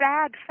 sad